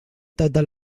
tota